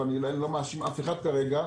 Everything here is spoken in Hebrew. ואני לא מאשים אף אחד כרגע,